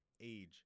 age